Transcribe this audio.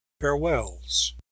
Farewell's